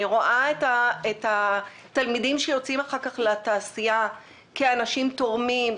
אני רואה את התלמידים שיוצאים אחר כך לתעשייה כאנשים תורמים,